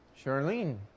Charlene